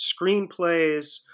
screenplays